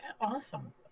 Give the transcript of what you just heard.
Awesome